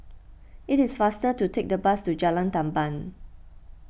it is faster to take the bus to Jalan Tamban